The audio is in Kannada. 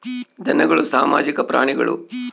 ಧನಗಳು ಸಾಮಾಜಿಕ ಪ್ರಾಣಿಗಳು